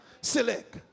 select